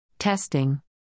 Testing